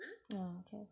yeah okay